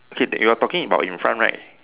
okay that you are talking about in front right